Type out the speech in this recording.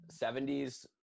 70s